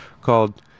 called